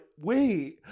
Wait